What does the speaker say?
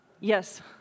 Yes